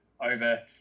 over